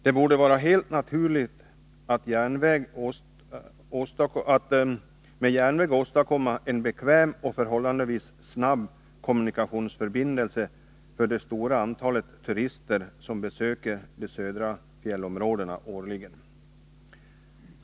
Det borde vara helt naturligt att åstadkomma en bekväm och förhållandevis snabb kommunikationsförbindelse med järnväg för det stora antalet turister som årligen besöker de södra fjällområdena.